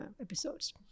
episodes